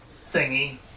thingy